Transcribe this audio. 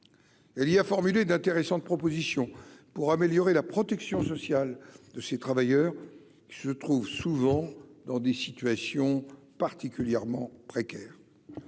Elia a formulé d'intéressantes propositions pour améliorer la protection sociale de ces travailleurs se trouvent souvent dans des situations particulièrement précaire,